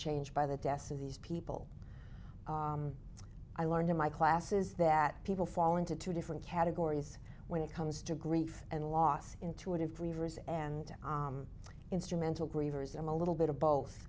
changed by the deaths of these people i learned in my classes that people fall into two different categories when it comes to grief and loss intuitive grievers and instrumental grievers i'm a little bit of both